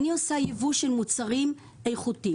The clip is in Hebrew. אני עושה יבוא של מוצרים איכותיים.